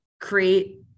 create